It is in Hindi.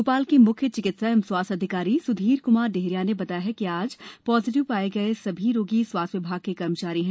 भोपाल के म्ख्य चिकित्सा एवं स्वास्थ्य अधिकारी स्धीर क्मार डेहरिया ने बताया है कि आज पॉजिटिव पाए गए सभी रोगी स्वास्थ्य विभाग के कर्मचारी हैं